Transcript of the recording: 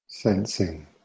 Sensing